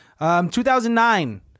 2009